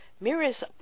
mirrors